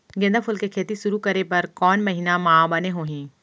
गेंदा फूल के खेती शुरू करे बर कौन महीना मा बने होही?